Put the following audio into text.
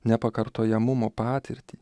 nepakartojamumo patirtį